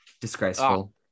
Disgraceful